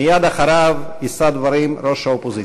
מייד אחריו, יישא דברים ראש האופוזיציה.